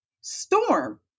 storm